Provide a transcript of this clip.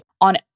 on